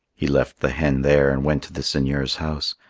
he left the hen there and went to the seigneur's house.